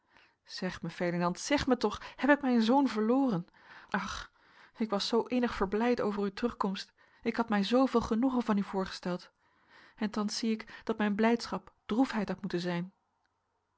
zeg mij ferdinand zeg mij toch heb ik mijn zoon verloren ach ik was zoo innig verblijd over uwe terugkomst ik had mij zooveel genoegen van u voorgesteld en thans zie ik dat mijn blijdschap droefheid had moeten zijn